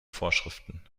vorschriften